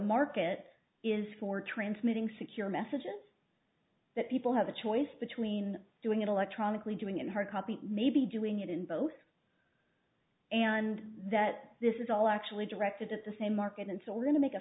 market is for transmitting secure messages that people have a choice between doing it electronically doing in hardcopy maybe doing it in both and that this is all actually directed at the same market and so we're going to make a